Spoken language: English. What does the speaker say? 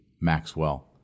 Maxwell